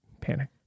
Panic